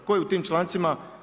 Tko je u tim člancima?